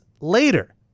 later